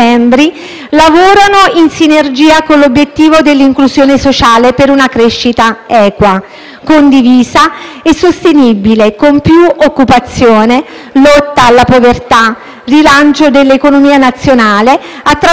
condivisa e sostenibile, con più occupazione, lotta alla povertà, rilancio dell'economia nazionale, attraverso investimenti finalizzati alla ricerca ed allo sviluppo del tessuto economico.